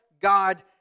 God